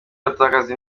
batakaza